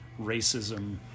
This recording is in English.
racism